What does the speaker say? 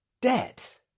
debt